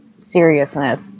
seriousness